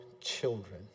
children